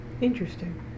Interesting